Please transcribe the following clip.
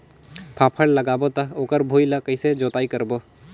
फाफण लगाबो ता ओकर भुईं ला कइसे जोताई करबो?